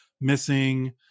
missing